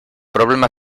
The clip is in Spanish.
problema